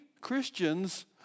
Christians